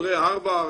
בוגרי הרווארד,